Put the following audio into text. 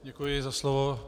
Děkuji za slovo.